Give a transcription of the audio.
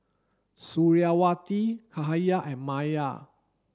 Suriawati Cahaya and Maya